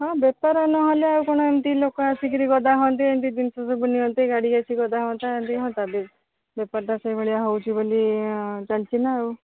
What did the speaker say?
ହଁ ବେପାର ନହେଲେ ଆଉ କ'ଣ ଏମିତି ଲୋକ ଆସିକିରି ଗଦା ହୁଅନ୍ତି ଏମିତି ଜିନିଷ ସବୁ ନିଅନ୍ତେ ଗାଡ଼ି ଆସି ଗଦା ହୁଅନ୍ତା ଏମିତି ହଁ ତା ବେପାରଟା ସେଇଭଳିଆ ହେଉଛି ବୋଲି ଜାଣିଛି ନା ଆଉ